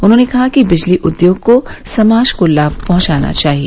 उन्होंने कहा कि विजली उद्योग को समाज को लाभ पहंचाना चाहिए